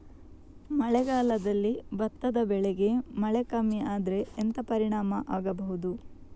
ಮಳೆಗಾಲದಲ್ಲಿ ಭತ್ತದ ಬೆಳೆಗೆ ಮಳೆ ಕಮ್ಮಿ ಆದ್ರೆ ಎಂತ ಪರಿಣಾಮ ಆಗಬಹುದು?